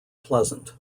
pleasant